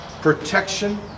protection